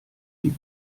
die